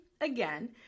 again